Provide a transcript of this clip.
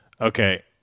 okay